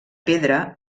pedra